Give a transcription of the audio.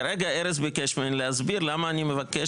כרגע ארז ביקש ממני להסביר למה אני מבקש